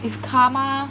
if karma